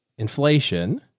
inflation.